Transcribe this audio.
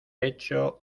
hecho